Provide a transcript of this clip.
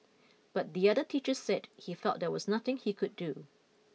but the other teachers said he felt there was nothing he could do